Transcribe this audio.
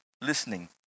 listening